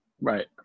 Right